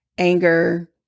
anger